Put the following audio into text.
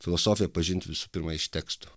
filosofiją pažint visų pirma iš tekstų